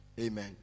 amen